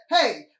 hey